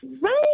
right